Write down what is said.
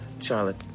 Charlotte